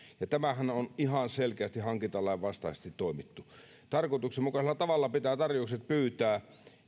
ja tämähän on ihan selkeästi hankintalain vastaisesti toimittu tarkoituksenmukaisella tavalla pitää tarjoukset pyytää